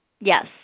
Yes